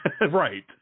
Right